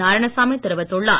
நாராயணசாமி தெரிவித்துள்ளார்